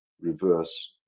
reverse